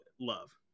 love